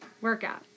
workout